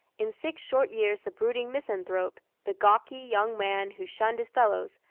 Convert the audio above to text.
in six short years the brooding misanthrope, the gawky young man who shunned his fellows,